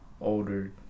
older